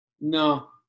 No